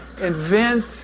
invent